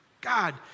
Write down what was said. God